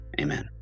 Amen